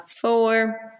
four